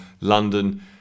london